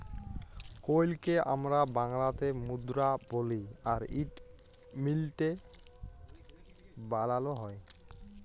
কইলকে আমরা বাংলাতে মুদরা বলি আর ইট মিলটে এ বালালো হয়